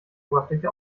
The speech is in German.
oberfläche